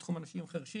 בתחום של אנשים חירשים,